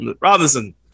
Robinson